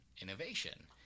innovation